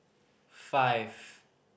five